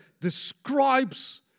describes